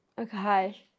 Okay